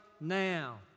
now